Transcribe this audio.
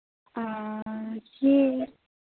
ᱟᱨ ᱪᱮᱜ